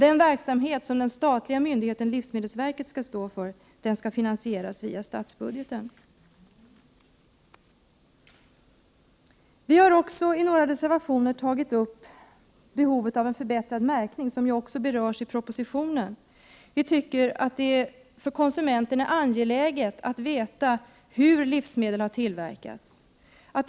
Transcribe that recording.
Den verksamhet som den statliga myndigheten livsmedelsverket skall stå för skall finansieras via statsbudgeten. Vi har också i några reservationer tagit upp behovet av en förbättrad märkning, vilket också berörs i propositionen. Vi tycker att det för konsumenten är angeläget att veta hur livsmedel har tillverkats.